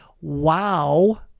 wow